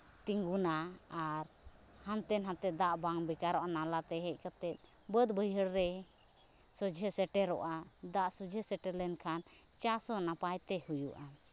ᱛᱤᱸᱜᱩᱱᱟ ᱟᱨ ᱦᱟᱱᱛᱮ ᱱᱟᱛᱮ ᱫᱟᱜ ᱵᱟᱝ ᱵᱮᱠᱟᱨᱚᱜᱼᱟ ᱚᱱᱟ ᱱᱟᱞᱟ ᱛᱮ ᱦᱮᱡ ᱠᱟᱛᱮᱫ ᱵᱟᱹᱫᱽ ᱵᱟᱹᱭᱦᱟᱹᱲ ᱨᱮ ᱥᱚᱡᱷᱮ ᱥᱮᱴᱮᱨᱚᱜᱼᱟ ᱫᱟᱜ ᱟᱨ ᱥᱚᱡᱷᱮ ᱥᱮᱴᱮᱨ ᱞᱮᱱᱠᱷᱟᱱ ᱪᱟᱥ ᱦᱚᱸ ᱱᱟᱯᱟᱭ ᱛᱮ ᱦᱩᱭᱩᱜᱼᱟ